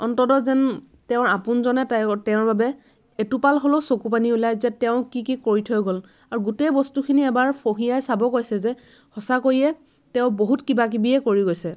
অন্ততঃ যেন তেওঁৰ আপোনজনে তেওঁ তেওঁৰ বাবে এটোপাল হ'লেও চকুপানী উলাই যে তেওঁ কি কি কৰি থৈ গ'ল আৰু গোটেই বস্তুখিনি এবাৰ ফঁহিয়াই চাব কৈছে যে সঁচাকৈয়ে তেওঁ বহুত কিবা কিবিয়েই কৰি গৈছে